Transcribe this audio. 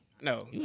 no